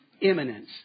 imminence